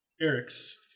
Eric's